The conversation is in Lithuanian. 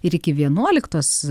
ir iki vienuoliktos